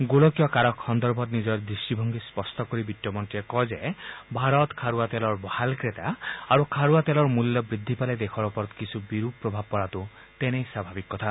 গোলকীয় কাৰক সন্দৰ্ভত নিজৰ দৃষ্টিভংগী স্পষ্ট কৰি বিত্তমন্ত্ৰীয়ে কয় যে ভাৰত খাৰুৱা তেলৰ ভাল ক্ৰেতা আৰু খাৰুৱা তেলৰ মূল্য বৃদ্ধি পালে দেশৰ ওপৰত কিছু বিৰূপ প্ৰভাৱ পৰাটো তেনেই স্বাভাৱিক কথা